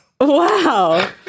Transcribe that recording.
Wow